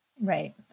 Right